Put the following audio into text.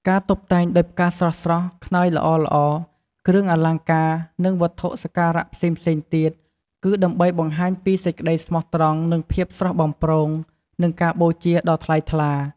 ការតុបតែងដោយផ្កាស្រស់ៗ ខ្នើយល្អៗ គ្រឿងអលង្ការ និងវត្ថុសក្ការៈផ្សេងៗទៀត គឺដើម្បីបង្ហាញពីសេចក្តីស្មោះត្រង់ ភាពស្រស់បំព្រង និងការបូជាដ៏ថ្លៃថ្លា។